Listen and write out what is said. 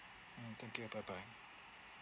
mm thank you bye bye